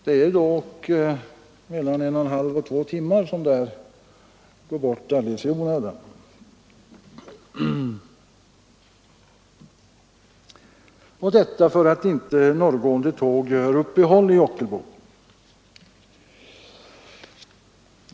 Det är dock mellan 1,5 och 2 timmar som går bort alldeles i onödan — och detta därför att inte norrgående tåg gör uppehåll i Ockelbo.